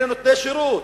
אלה נותני שירות,